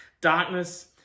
darkness